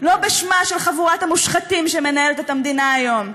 לא בשמה של חבורת המושחתים שמנהלת את המדינה היום,